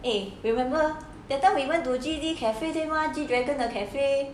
eh remember that time we went to G_D 的 cafe 对吗 G dragon 的 cafe